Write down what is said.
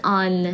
on